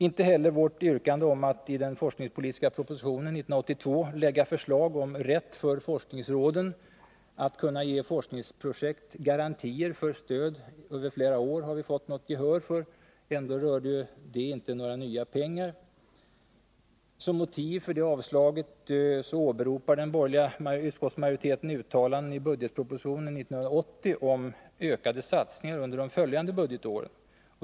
Inte heller vårt yrkande om att i den forskningspolitiska propositionen 1982 lägga fram förslag om rätt för forskningsråden att kunna ge forskningsprojekt garantier för stöd över flera år har vi fått något gehör för. Ändå rörde Alla våra yrkanden om ökade resurser har avstyrkts av den borgerliga detta inte några nya pengar. Som motiv för avslaget åberopar den borgerliga utskottsmajoriteten uttalanden i budgetpropositionen 1980 om ökade satsningar under de följande budgetåren.